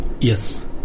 Yes